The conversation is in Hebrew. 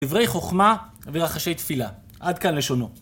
דברי חוכמה ורחשי תפילה, עד כאן לשונו.